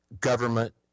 government